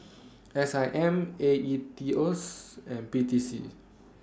S I M A E T O and P T C